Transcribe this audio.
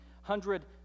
hundred